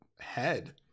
head